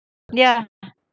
ya